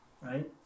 right